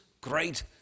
great